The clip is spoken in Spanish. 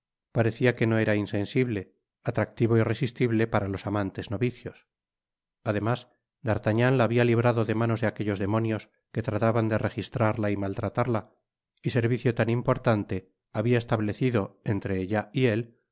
parecía que no era insensible atractivo irresistible para los amantes novicios ademas d'artagnan la habia librado de manos de aquellos demonios que trataban de registrarta y maltratarla y servicio tan importante habia establecido entre ella y él